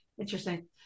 Interesting